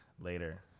later